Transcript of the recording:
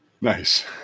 nice